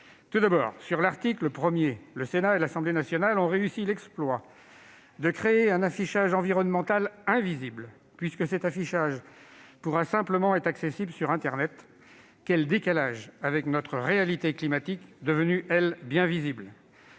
Tout d'abord, à l'article 1, le Sénat et l'Assemblée nationale ont réussi l'exploit de créer un affichage environnemental invisible, puisqu'il sera seulement accessible sur internet. Quel décalage avec notre réalité climatique, devenue, elle, bien visible !